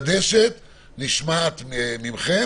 ומתחדשת נשמעת מכם.